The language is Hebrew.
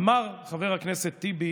ואמר חבר הכנסת טיבי